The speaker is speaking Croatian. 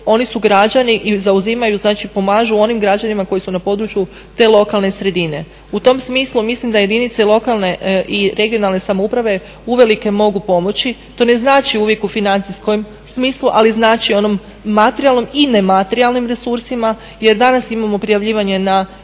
oni su građani i zauzimaju i pomažu onim građanima koji su na području te lokalne sredine. U tom smislu mislim da jedinice lokalne i regionalne samouprave uvelike mogu pomoći, to ne znači uvijek u financijskom smislu, ali znači u onom materijalnim i nematerijalnim resursima jer danas imamo prijavljivanje na